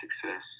success